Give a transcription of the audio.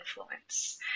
influence